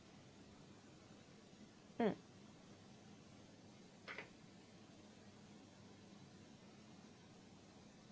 um